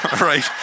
Right